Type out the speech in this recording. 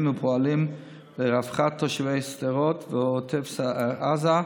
ופועלים לרווחת תושבי שדרות ועוטף עזה,